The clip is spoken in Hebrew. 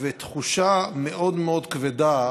ותחושה מאוד מאוד כבדה